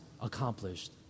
accomplished